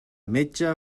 metge